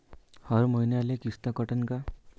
हर मईन्याले किस्त कटन का?